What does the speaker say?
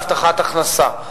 בהבטחת הכנסה.